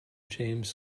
james